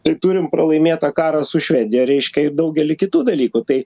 tai turim pralaimėtą karą su švedija reiškia ir daugelį kitų dalykų tai